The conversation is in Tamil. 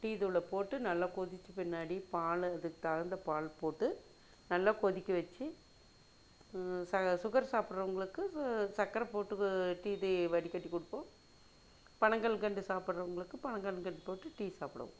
டீத்தூளை போட்டு நல்லா கொதித்த பின்னாடி பால் அதுக்கு தகுந்த பால் போட்டு நல்லா கொதிக்க வெச்சு சக சுகர் சாப்பிறவுங்களுக்கு சர்க்கர போட்டு க டீ இது வடிக்கட்டி கொடுப்போம் பனங்கற்கண்டு சாப்பிறவுங்களுக்கு பனங்கற்கண்டு போட்டு டீ சாப்பிடுவோம்